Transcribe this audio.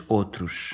outros